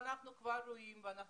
אנחנו כבר רואים את זה,